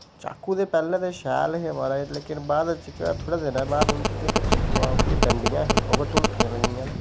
चाकू ते पैहले ते शैल हे महाराज लेकिन बाद च केह् होएया थोह्ड़े दिनें बाद उंदे जेह्के पिच्छुयां उंदियां डंडियां हियां ओह् टुलकने लगी पेइयां ते